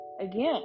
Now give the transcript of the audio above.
Again